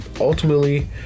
ultimately